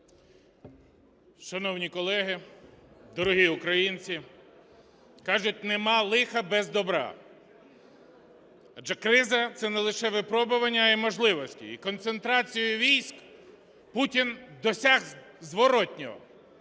Шановні колеги, дорогі українці, кажуть, нема лиха без добра, адже криза – це не лише випробування, а і можливості. І концентрацією військ Путін досяг зворотного: